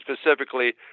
specifically